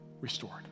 restored